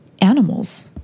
animals